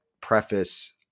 preface